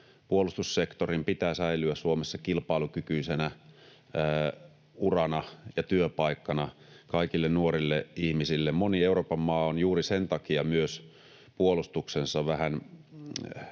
puolustussektorin pitää säilyä Suomessa kilpailukykyisenä urana ja työpaikkana kaikille nuorille ihmisille. Moni Euroopan maa on myös puolustuksessa vähän